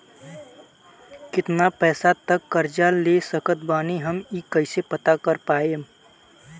केतना पैसा तक कर्जा ले सकत बानी हम ई कइसे पता कर पाएम?